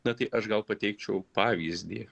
na tai aš gal pateikčiau pavyzdį